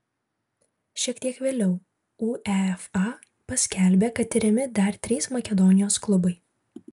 šiek tiek vėliau uefa paskelbė kad tiriami dar trys makedonijos klubai